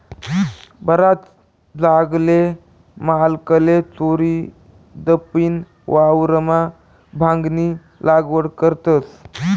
बराच जागल्या मालकले चोरीदपीन वावरमा भांगनी लागवड करतस